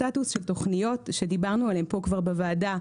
סטטוס של תוכניות שדיברנו עליהם פה כבר בוועדה,